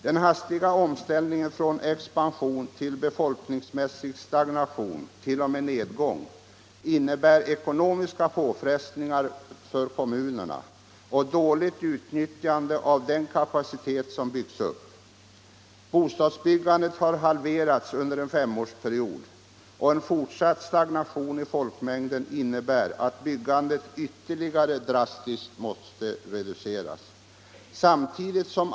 Den hastiga omställningen från expansion till befolkningsmässig stagnation, t.o.m. nedgång, medför ekonomiska påfrestningar för kommunerna och dåligt utnyttjande av den kapacitet som byggts upp. Bostadsbyggandet har halverats under en femårsperiod, och en fortsatt stagnation i folkmängden innebär att byggandet ytterligare drastiskt måste reduceras.